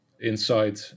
inside